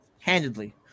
Handedly